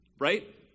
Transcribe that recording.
right